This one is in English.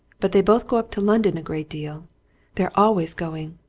but they both go up to london a great deal they're always going.